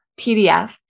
PDF